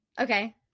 Okay